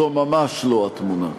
זאת ממש לא התמונה.